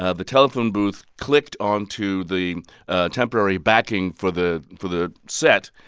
ah the telephone booth clicked onto the temporary backing for the for the set,